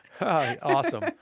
awesome